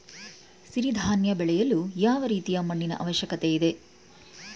ಸಿರಿ ಧಾನ್ಯ ಬೆಳೆಯಲು ಯಾವ ರೀತಿಯ ಮಣ್ಣಿನ ಅವಶ್ಯಕತೆ ಇದೆ?